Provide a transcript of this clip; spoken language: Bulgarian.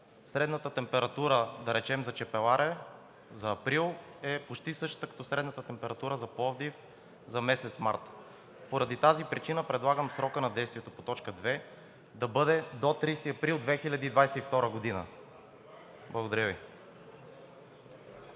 Средната температура например за Чепеларе за април е почти същата като средната температура за Пловдив за месец март. По тази причина срокът на действие по т. 2 да бъде до 30 април 2022 г. Благодаря Ви.